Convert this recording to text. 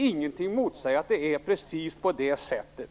Ingenting motsäger att det är precis på det sättet.